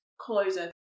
closer